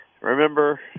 remember